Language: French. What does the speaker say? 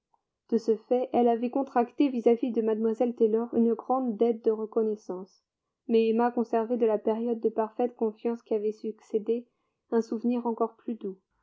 de ce fait elle avait contracté vis-à-vis de mlle taylor une grande dette de reconnaissance mais emma conservait de la période de parfaite confiance qui avait succédé un souvenir encore plus doux